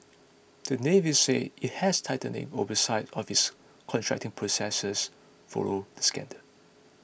the Navy said it has tightened in oversight of its contracting processes following the scandal